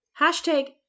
Hashtag